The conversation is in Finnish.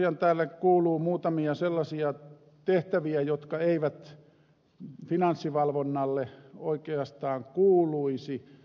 tosiaan finanssivalvonnalle kuuluu muutamia sellaisia tehtäviä jotka eivät sille oikeastaan kuuluisi